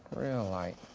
real light.